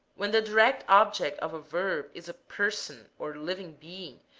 when the direct object of a verb is a person or living being,